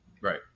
Right